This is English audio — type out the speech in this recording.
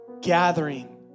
gathering